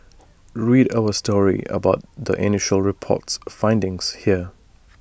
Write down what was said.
read our story about the initial report's findings here